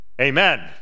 Amen